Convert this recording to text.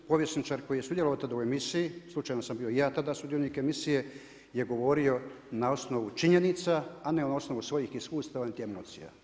Povjesničar koji je sudjelovao tada u emisiji slučajno sam bio i ja sudionik emisije je govorio na osnovu činjenica, a ne na osnovu svojih iskustava niti emocija.